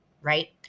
right